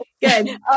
Good